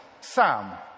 Sam